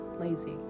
lazy